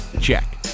check